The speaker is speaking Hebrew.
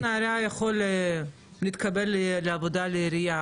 איך נריה יכול להתקבל לעבודה בעירייה?